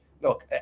Look